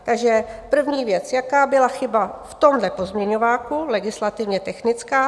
Takže první věc jaká byla chyba v tomhle pozměňováku legislativně technická?